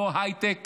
לא הייטק